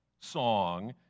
song